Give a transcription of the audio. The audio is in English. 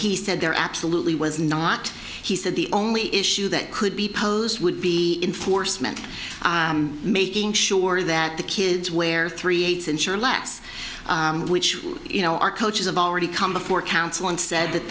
he said there absolutely was not he said the only issue that could be posed would be enforcement making sure that the kids wear three eights ensure lax which you know our coaches have already come before council and said that